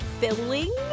filling